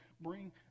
bring